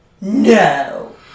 No